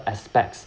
aspects